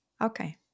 Okay